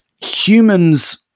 Humans